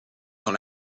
dans